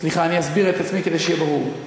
אני אסביר את עצמי, כדי שאהיה ברור.